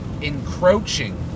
encroaching